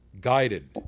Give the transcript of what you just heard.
guided